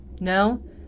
No